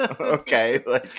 Okay